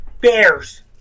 bears